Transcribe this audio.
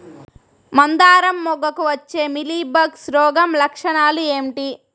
మందారం మొగ్గకు వచ్చే మీలీ బగ్స్ రోగం లక్షణాలు ఏంటి?